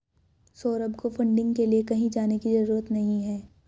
सौरभ को फंडिंग के लिए कहीं जाने की जरूरत नहीं है